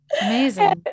amazing